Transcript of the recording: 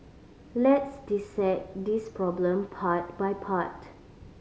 let's dissect this problem part by part